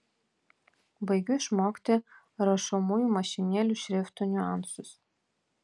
baigiu išmokti rašomųjų mašinėlių šriftų niuansus